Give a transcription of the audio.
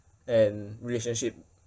and relationship